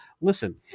listen